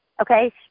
okay